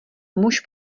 muž